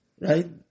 Right